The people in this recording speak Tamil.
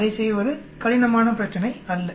அதைச் செய்வது கடினமான பிரச்சினை அல்ல